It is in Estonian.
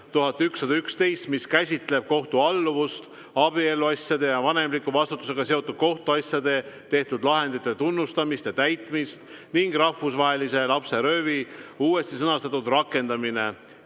2019/1111, mis käsitleb kohtualluvust, abieluasjade ja vanemliku vastutusega seotud kohtuasjades tehtud lahendite tunnustamist ja täitmist ning rahvusvahelisi lapserööve (uuesti sõnastatud), rakendamine)